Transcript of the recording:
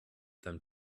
than